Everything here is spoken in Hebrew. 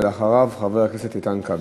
אחריו, חבר הכנסת איתן כבל.